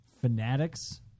Fanatics